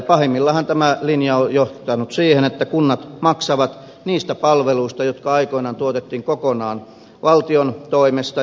pahimmillaanhan tämä linja on johtanut siihen että kunnat maksavat niistä palveluista jotka aikoinaan tuotettiin kokonaan valtion toimesta